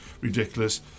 ridiculous